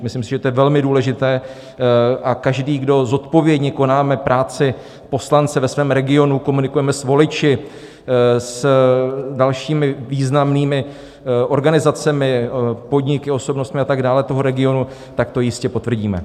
Myslím si, že to je velmi důležité a každý, kdo zodpovědně konáme práci poslance ve svém regionu, komunikujeme s voliči, s dalšími významnými organizacemi, podniky, osobnostmi a tak dále toho regionu, to jistě potvrdíme.